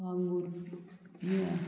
वागूर नुया